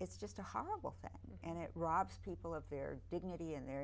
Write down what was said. it's just a horrible thing and it robs people of their dignity and their